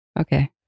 okay